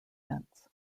events